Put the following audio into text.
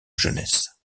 jeunesse